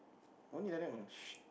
only like that know